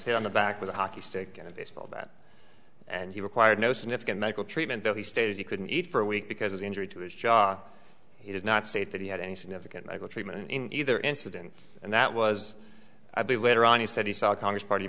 hit on the back with a hockey stick and of baseball bat and he required no significant medical treatment though he stated he couldn't eat for a week because of the injury to his jaw he did not state that he had any significant medical treatment in either incident and that was a bit later on he said he saw a congress party